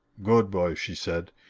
good boy! she said.